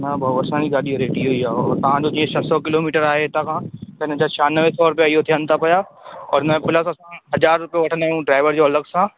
न भाउ असांजी गाॾी जो रेट ई इहो आहे ऐं तव्हांजो जीअं छह सौ किलोमीटर आहे हितां खां त हिन जा छियानवे सौ रुपया इहो थियनि त पिया और हिनजा प्लस हज़ार रुपयो वठंदा आहियूं ड्राइवर जो अलॻि सां